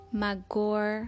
Magor